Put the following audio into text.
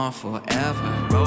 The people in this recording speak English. Forever